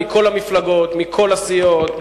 מכל המפלגות ומכל הסיעות,